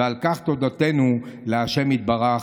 ועל כך תודתנו לה' יתברך.